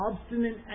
obstinate